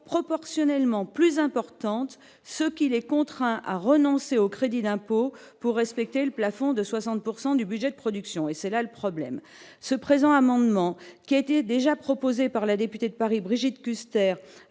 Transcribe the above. proportionnellement plus importante, ce qui les contraint à renoncer au crédit d'impôt pour respecter le plafond de 60 pourcent du budget de production, et c'est là le problème, ce présent amendement qui a été déjà proposé par la députée de Paris, Brigitte Kuster,